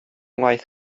ngwaith